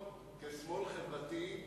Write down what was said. אני רואה את עצמי כשמאל חברתי,